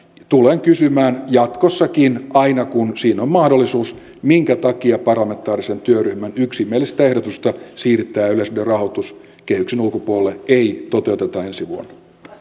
tulen kysymään jatkossakin aina kun siihen on mahdollisuus minkä takia parlamentaarisen työryhmän yksimielistä ehdotusta siirtää yleisradion rahoitus kehyksen ulkopuolelle ei toteuteta ensi vuonna